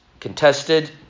Contested